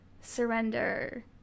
surrender